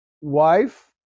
Wife